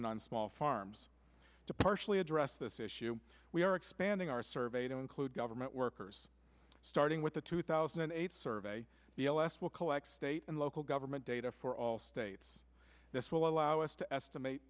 and on small farms to partially address this issue we are expanding our survey to include government workers starting with the two thousand and eight survey b l s will collect state and local government data for all states this will allow us to estimate